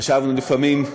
חשבנו לפעמים,